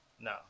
No